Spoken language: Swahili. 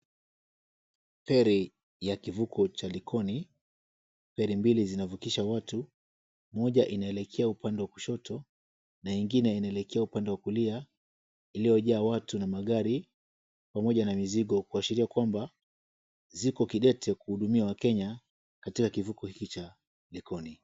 Feri ya kivuko cha likoni. Feri mbili zinavukisha watu. Moja inaelekea upande wa kushoto na ingine inaelekea upande wa kulia. Iliyojaa watu na magari pamoja na mizigo kuashiria kwamba ziko kidete kuhudumia wakenya katika kivuko hiki cha likoni.